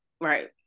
Right